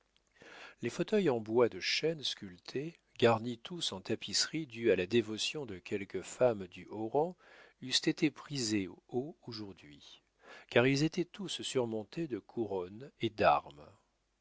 les fauteuils en bois de chêne sculpté garnis tous en tapisserie due à la dévotion de quelques femmes du haut rang eussent été prisés haut aujourd'hui car ils étaient tous surmontés de couronnes et d'armes